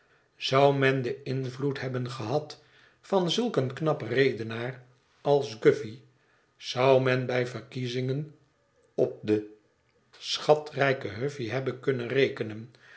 zou men den invloed hebben gehad van zulk een knap redenaar als guffy zou men bij verkiezingen op den schatrijken huffy hebben kunnen rekenen